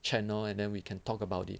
channel and then we can talk about it